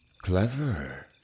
Clever